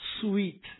sweet